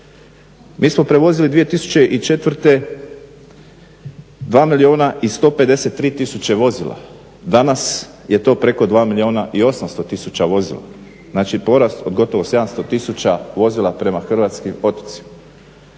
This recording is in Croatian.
Mi smo prevozili 2004. 2 milijuna i 153 tisuće vozila, danas je to preko 2 milijuna i 800 tisuća vozila. Znači, porast od gotovo 700 tisuća vozila prema hrvatskim otocima.